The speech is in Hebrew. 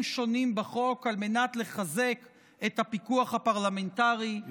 שונים בחוק על מנת לחזק את הפיקוח הפרלמנטרי ועל מנת,